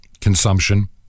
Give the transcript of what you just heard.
consumption